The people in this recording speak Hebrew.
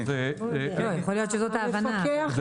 יכול להיות שזאת ההבנה.